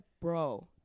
bro